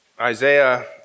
Isaiah